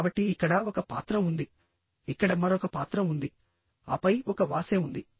కాబట్టి ఇక్కడ ఒక పాత్ర ఉంది ఇక్కడ మరొక పాత్ర ఉంది ఆపై ఒక వాసే ఉంది